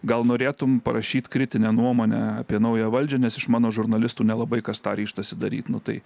gal norėtum parašyti kritinę nuomonę apie naują valdžią nes iš mano žurnalistų nelabai kas tą ryžtasi daryt nu tai